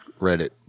Reddit